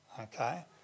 okay